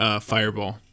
fireball